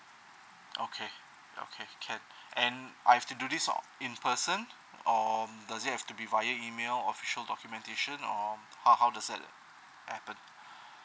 okay okay can and I have to do this in person or does it have to be via email official documentation or how how does that happen